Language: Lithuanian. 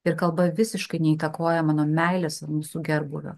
ir kalba visiškai neįtakoja mano meilės ir mūsų gerbūvio